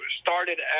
started